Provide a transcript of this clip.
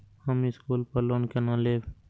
हम स्कूल पर लोन केना लैब?